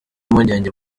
impungenge